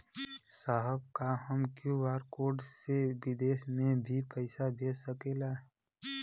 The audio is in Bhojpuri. साहब का हम क्यू.आर कोड से बिदेश में भी पैसा भेज सकेला?